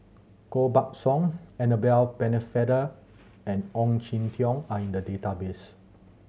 Koh Buck Song Annabel Pennefather and Ong Jin Teong are in the database